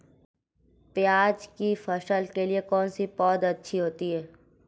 प्याज़ की फसल के लिए कौनसी पौद अच्छी होती है?